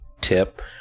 tip